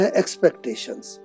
expectations